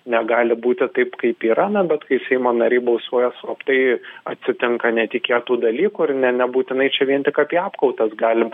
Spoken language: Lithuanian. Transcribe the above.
negali būti taip kaip yra na bet kai seimo nariai balsuoja slaptai atsitinka netikėtų dalykų ir ne nebūtinai čia vien tik apie apkaltas galim